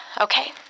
Okay